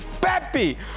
Pepe